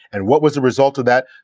and what was the result of that?